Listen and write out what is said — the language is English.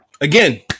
again